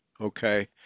Okay